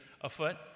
afoot